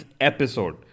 episode